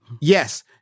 Yes